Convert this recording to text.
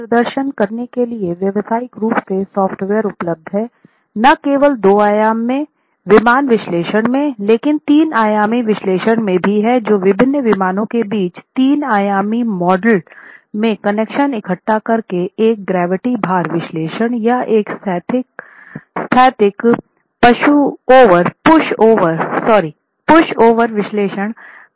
यह प्रदर्शन करने के लिए व्यावसायिक रूप से सॉफ़्टवेयर उपलब्ध हैं न केवल 2 आयाम में विमान विश्लेषण में लेकिन 3 आयामी विश्लेषण में भी है जो विभिन्न विमानों के बीच तीन आयामी मॉडल में कनेक्शन इकट्ठा करके एक गुरुत्वाकर्षण भार विश्लेषण या एक स्थैतिक पुशओवर विश्लेषण कर सकता है